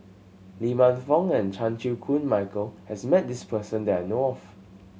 Lee Man Fong and Chan Chew Koon Michael has met this person that I know of